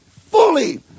fully